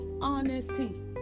honesty